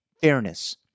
Fairness